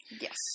Yes